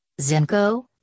Zinco